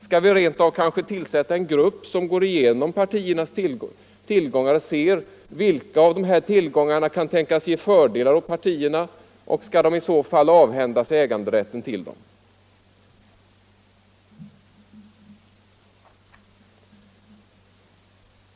Skall vi kanske rent av tillsätta en grupp som går igenom partiernas tillgångar och ser efter vilka av dem som kan tänkas ge fördelar åt partierna och om partierna i så fall skall avhända sig äganderätten till dem?